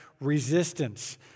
resistance